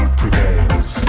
prevails